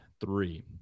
three